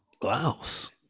blouse